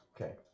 Okay